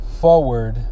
forward